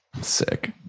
sick